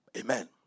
Amen